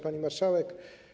Pani Marszałek!